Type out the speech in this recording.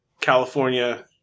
California